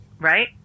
right